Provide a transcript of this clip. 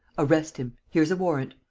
arrest him. here's a warrant.